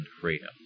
freedom